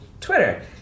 Twitter